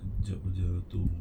jap jap